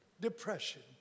depression